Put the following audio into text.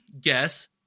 guess